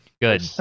Good